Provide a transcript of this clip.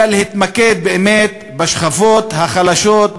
אלא יש להתמקד באמת בשכבות החלשות,